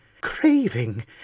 craving—